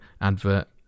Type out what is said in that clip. advert